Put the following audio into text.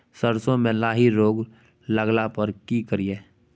सरसो मे लाही रोग लगला पर की करिये?